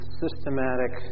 systematic